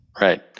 right